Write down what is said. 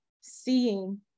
seeing